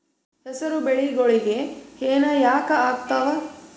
ಹೆಸರು ಬೆಳಿಗೋಳಿಗಿ ಹೆನ ಯಾಕ ಆಗ್ತಾವ?